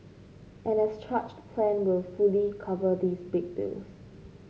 an as charged plan will fully cover these big bills